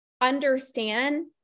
understand